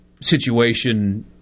situation –